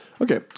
Okay